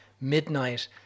midnight